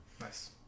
nice